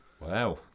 wow